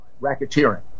racketeering